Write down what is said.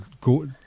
go